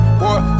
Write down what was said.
boy